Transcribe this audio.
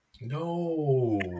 No